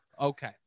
Okay